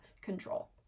control